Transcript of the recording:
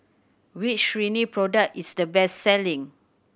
which Rene product is the best selling